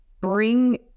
bring